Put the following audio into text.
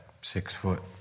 six-foot